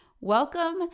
Welcome